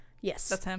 yes